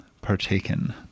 partaken